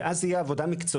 ואז זו תהיה עבודה מקצועית,